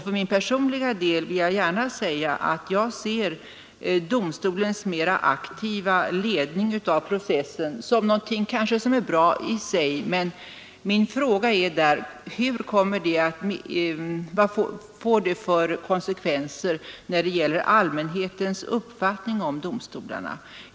För min personliga del vill jag gärna säga att jag ser domstolens mer aktiva ledning av processen som någonting bra i och för sig, men min fråga därvidlag är: Vad får det för konsekvenser när det gäller allmänhetens uppfattning om domstolarna?